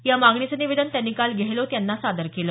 या मागणीचं निवेदन त्यांनी काल गेहलोत यांना सादर केल